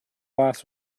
last